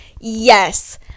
yes